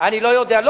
אני לא יודע,